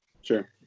sure